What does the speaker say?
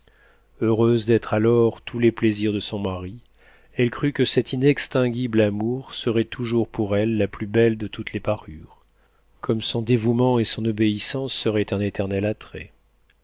heureuse d'être alors tous les plaisirs de son mari elle crut que cet inextinguible amour serait toujours pour elle la plus belle de toutes les parures comme son dévouement et son obéissance seraient un éternel attrait